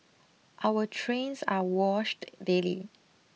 our trains are washed daily